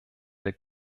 der